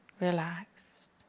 relaxed